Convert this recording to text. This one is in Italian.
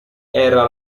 era